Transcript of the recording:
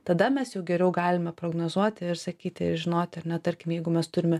tada mes jau geriau galime prognozuoti ir sakyti ir žinoti ar ne tarkim jeigu mes turime